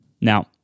now